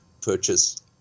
purchase